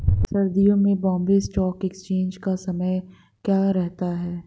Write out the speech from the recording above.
सर्दियों में Bombay stock exchange का समय क्या रहता है?